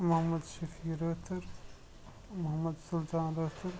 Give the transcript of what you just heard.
Mohammad Shafi Rather Mohammad Sultan Rather